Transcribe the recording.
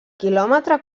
quilòmetre